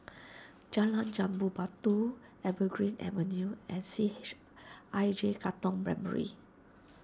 Jalan Jambu Batu Evergreen Avenue and C H I J Katong Primary